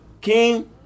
King